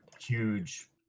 huge